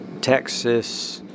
Texas